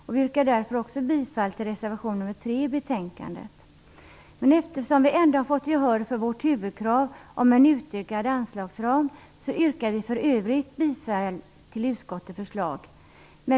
Jag yrkar bifall också till reservation nr 3 Eftersom vi har fått gehör för vårt huvudkrav om en utökad anslagsram, yrkar jag i övrigt bifall till utskottets förslag.